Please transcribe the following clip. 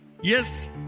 Yes